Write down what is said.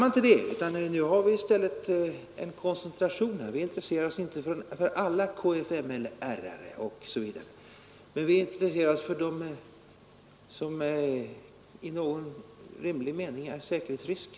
Nu har vi i stället en koncentration; vi intresserar oss inte för alla kfml:are, osv., utan vi intresserar oss för dem som i någon rimlig mening är säkerhetsrisker.